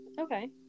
Okay